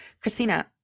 christina